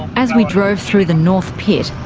as we drove through the north pit,